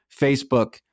Facebook